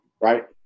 Right